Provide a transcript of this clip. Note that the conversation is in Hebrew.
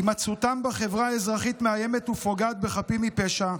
הימצאותם בחברה האזרחית מאיימת ופוגעת בחפים מפשע,